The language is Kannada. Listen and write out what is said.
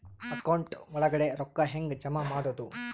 ಅಕೌಂಟ್ ಒಳಗಡೆ ರೊಕ್ಕ ಹೆಂಗ್ ಜಮಾ ಮಾಡುದು?